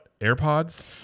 AirPods